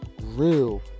real